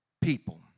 people